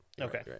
Okay